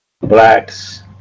blacks